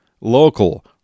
Local